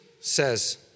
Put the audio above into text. says